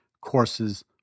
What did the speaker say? courses